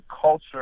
culture